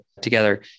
together